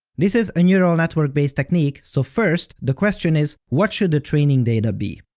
this is a neural-network based technique, so first, the question is, what should the training data be?